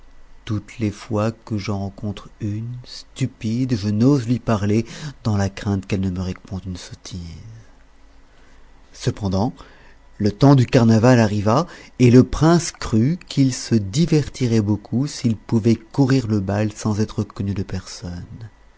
toutes les fois que j'en rencontre une stupide je n'ose lui parler dans la crainte qu'elle ne me réponde une sottise cependant le temps du carnaval arriva et le prince crut qu'il se divertirait beaucoup s'il pouvait courir le bal sans être connu de personne